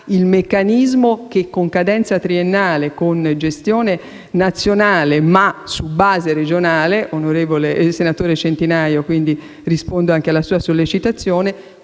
il meccanismo che, con cadenza triennale, con gestione nazionale ma su base regionale - senatore Centinaio, rispondo anche alla sua sollecitazione